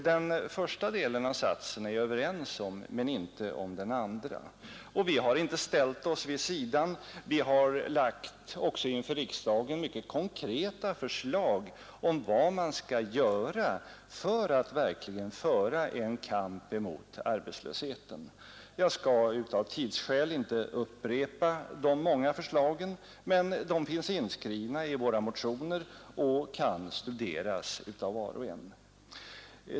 Den första delen av satsen är riktig men inte den andra. Vi har inte heller ställt oss vid sidan. Vi har, också i riksdagen, framlagt mycket konkreta förslag om vad man skall göra för att verkligen föra en kamp mot arbetslösheten. Jag skall av tidsskäl inte upprepa dessa många förslag — de finns i våra motioner och kan där studeras av var och en.